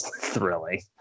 thrilling